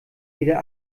wieder